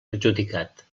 adjudicat